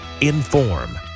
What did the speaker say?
inform